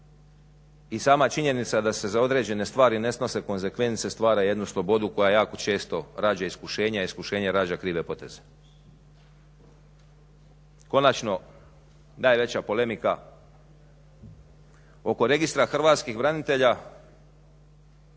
I sama činjenica da se za određene stvari ne snose konzekvence stvara jednu slobodu koja jako često rađa iskušenje, a iskušenje rađa krive poteze. Konačno, najveća polemika oko Registra hrvatskih branitelja